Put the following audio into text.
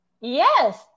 Yes